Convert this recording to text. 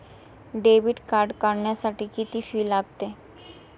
Debit card काढण्यासाठी किती fee लागते?